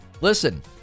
Listen